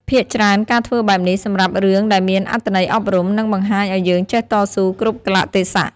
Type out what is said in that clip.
ភាគច្រើនការធ្វើបែបនេះ សម្រាប់រឿងដែលមានអត្តន័យអប់រំ និងបង្ហាញឲ្យយើងចេះតស៊ូគ្រប់កាលៈទេសៈ។